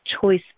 choice